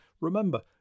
remember